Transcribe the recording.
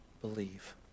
believe